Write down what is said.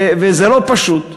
וזה לא פשוט,